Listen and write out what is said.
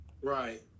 Right